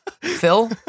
Phil